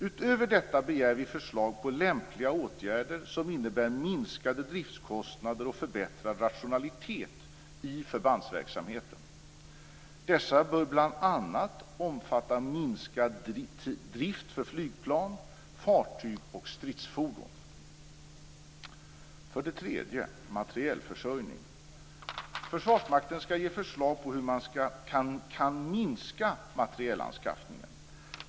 Utöver detta begär vi förslag på lämpliga åtgärder som innebär minskade driftskostnader och förbättrad rationalitet i förbandsverksamheten. Dessa bör bl.a. För det tredje gäller det materielförsörjning. Försvarsmakten skall ge förslag på hur man kan minska materielanskaffningen.